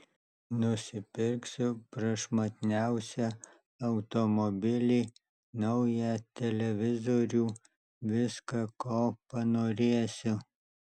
nusipirksiu prašmatniausią automobilį naują televizorių viską ko panorėsiu